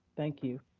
thank you.